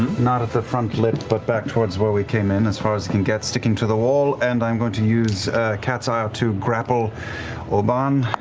not at the front lip, but back towards where we came in as far as he can get sticking to the wall. and i'm going to use cat's ire to grapple obann.